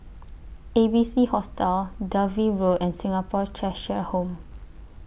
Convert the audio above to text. A B C Hostel Dalvey Road and Singapore Cheshire Home